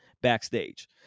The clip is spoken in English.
Backstage